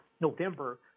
November